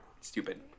Stupid